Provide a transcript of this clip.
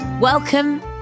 Welcome